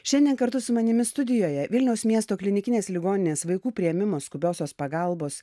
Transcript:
šiandien kartu su manimi studijoje vilniaus miesto klinikinės ligoninės vaikų priėmimo skubiosios pagalbos